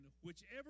whichever